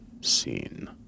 scene